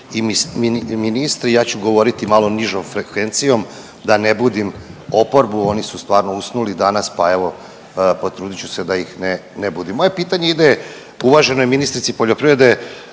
i ministri, ja ću govoriti malo nižom frekvencijom da ne budim oporbu, oni su stvarno usnuli danas pa evo potrudit ću se da ih ne, ne budim. Moje pitanje ide uvaženoj ministrici poljoprivrede